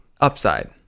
upside